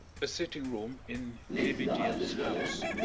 a sitting-room in lebedieff's house.